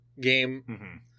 game